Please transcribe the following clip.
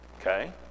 Okay